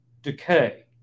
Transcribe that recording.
decay